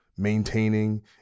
maintaining